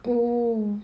oo